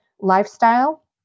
lifestyle